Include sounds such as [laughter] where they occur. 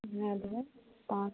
[unintelligible] पाँच